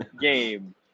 game